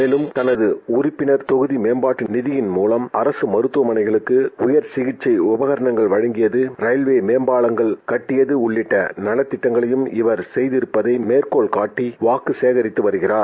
மேலும் களது உறுப்பினர் தொகுதி மேற்பாட்டு நிதியின் மூலம் அரசு மருத்தவமளைகளுக்கு உயர் சிகிச்சை உபகாணங்கள் ரயில்வே மேற்பாலங்கள் கட்டியது உள்ளிட்ட நலத்திட்டங்களை இவர் செய்கிருட்பதை மேற்கோள் காட்டி வாக்கு சேகரித்து வருகிறார்